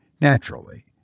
naturally